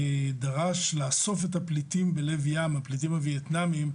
דרש לאסוף את הפליטים הווייטנאמיים בלב ים,